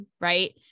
Right